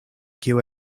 kiu